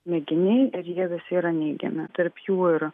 mėginiai ir jie visi yra neigiami tarp jų yra